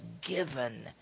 given